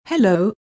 Hello